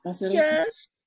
Yes